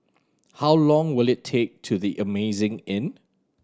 how long will it take to The Amazing Inn